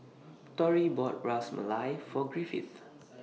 Tory bought Ras Malai For Griffith